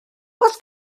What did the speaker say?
oes